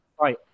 right